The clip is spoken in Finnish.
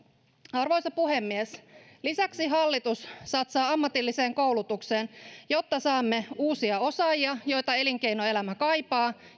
arvoisa puhemies lisäksi hallitus satsaa ammatilliseen koulutukseen jotta saamme uusia osaajia joita elinkeinoelämä kaipaa